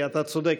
כי אתה צודק,